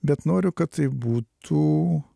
bet noriu kad tai būtų